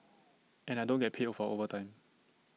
and I don't get paid for overtime